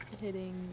hitting